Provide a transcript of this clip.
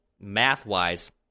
math-wise